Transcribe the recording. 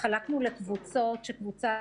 התחלקנו לקבוצות, קבוצה